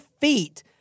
feet